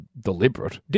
deliberate